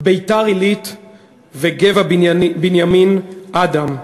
בביתר-עילית וגבע-בנימין, באדם.